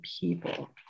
people